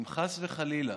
אם חס וחלילה